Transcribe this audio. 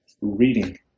reading